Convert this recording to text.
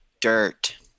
dirt